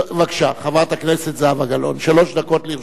בבקשה, חברת הכנסת זהבה גלאון, שלוש דקות לרשותך.